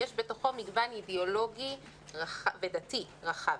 יש בתוכו מגוון אידיאולוגי ודתי רחב.